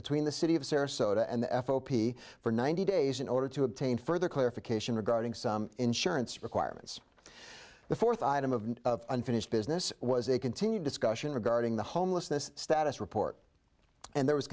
between the city of sarasota and the fop for ninety days in order to obtain further clarification regarding some insurance requirements the fourth item of unfinished business was a continued discussion regarding the homelessness status report and there was